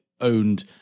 owned